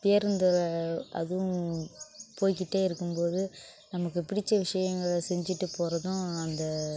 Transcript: பேருந்தில் அதுவும் போயிக்கிட்டு இருக்கும் போது நமக்கு பிடிச்ச விஷயங்களை செஞ்சிட்டு போகிறதும் அந்த